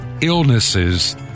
illnesses